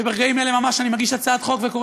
ברגעים אלה ממש אני מגיש הצעת חוק וקורא